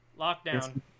Lockdown